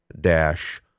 dash